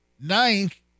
ninth